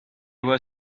were